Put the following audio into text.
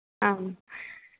आम्